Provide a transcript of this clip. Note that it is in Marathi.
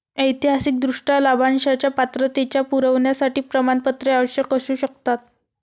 ऐतिहासिकदृष्ट्या, लाभांशाच्या पात्रतेच्या पुराव्यासाठी प्रमाणपत्रे आवश्यक असू शकतात